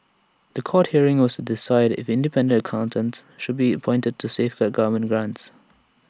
The Court hearing was to decide if independent accountants should be appointed to safeguard government grants